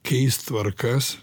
keist tvarkas